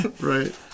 right